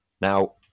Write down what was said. Now